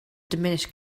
diminished